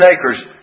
acres